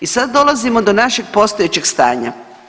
I sad dolazimo do našeg postojećeg stanja.